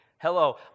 hello